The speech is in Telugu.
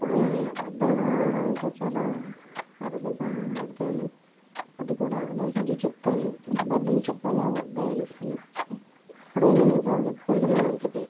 ఇప్పుడు నేను అబద్ధాలు ఆడడం అంటే చాలా అరుదుగా ఆడతాను అది కూడ ఆలోచించి చెప్తాను అబద్ధం చెప్పాలా వద్దా అనేసని ఎప్పుడైనా నిజాలు చెప్పుకుంటేనే మంచిది